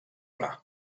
pla